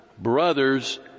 brothers